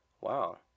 wow